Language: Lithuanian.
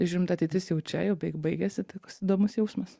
žiūrim ta ateitis jau čia jau beveik baigiasi toks įdomus jausmas